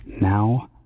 now